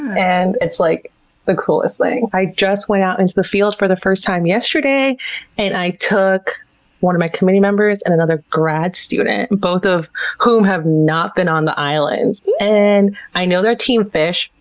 and it's like the coolest thing. i just went out into the field for the first time yesterday and i took one of my committee members and another grad student, both of whom have not been on the islands. and i know they're team fish,